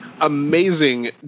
amazing